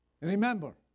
Remember